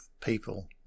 people